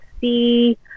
see